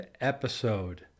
episode